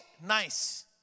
nice